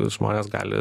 žmonės gali